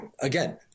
again